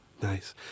Nice